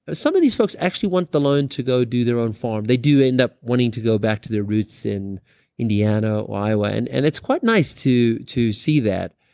ah some of these folks actually want the loan to go do their own farm. they do end up wanting to go back to their roots in indiana or iowa. and and it's quite nice to to see that.